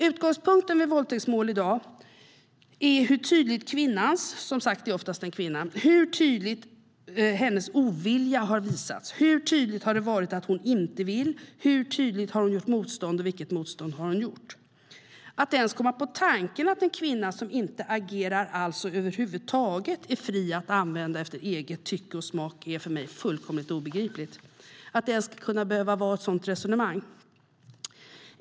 Utgångspunkten i våldtäktsmål är i dag hur tydligt kvinnans - det är som sagt oftast fråga om en kvinna - ovilja har visats. Hur tydligt har det varit att hon inte vill? Hur tydligt har hon gjort motstånd, och vilket motstånd har hon gjort? Att ens komma på tanken att en kvinna som inte agerar alls är fri att användas efter tycke och smak är för mig fullkomligt obegripligt. Det är obegripligt att ett sådant resonemang ens ska behöva föras.